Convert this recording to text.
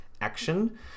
action